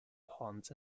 ponds